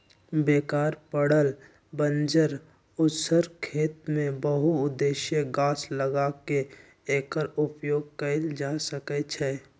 बेकार पड़ल बंजर उस्सर खेत में बहु उद्देशीय गाछ लगा क एकर उपयोग कएल जा सकै छइ